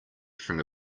from